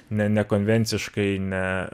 ne ne konvenciškai ne